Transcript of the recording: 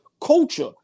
culture